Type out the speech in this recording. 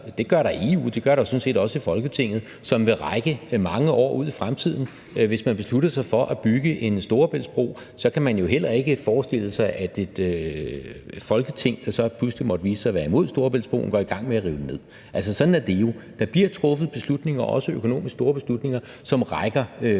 det gør der i EU, det gør der sådan set også i Folketinget – som vil række mange år ud i fremtiden. Hvis man beslutter sig for at bygge en Storebæltsbro, kan man jo heller ikke forestille sig, at et Folketing, der så pludselig måtte vise sig at være imod Storebæltsbroen, går i gang med at rive den ned. Altså, sådan er det jo. Der bliver truffet beslutninger og også økonomisk store beslutninger, som rækker